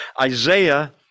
Isaiah